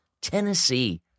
Tennessee